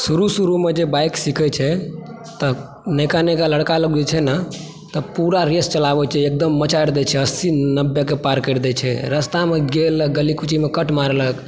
शुरु शुरुमजे बाइक सिखय छै तऽ नयका नयका लड़का लोग जे छै ने पुरा रेस चलाबै छै एकदम मचारि दै छै अस्सी नब्बेके पार करि दै छै रास्तामे गेल गली कुचीमे कट मारलक